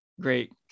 great